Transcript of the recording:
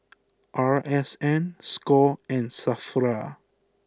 R S N score and Safra